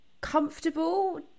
comfortable